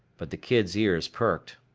but the kid's ears perked.